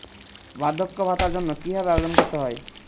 বার্ধক্য ভাতার জন্য কিভাবে আবেদন করতে হয়?